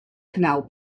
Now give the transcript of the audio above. canal